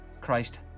Christ